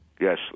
Yes